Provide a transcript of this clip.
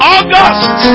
August